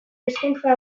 hezkuntza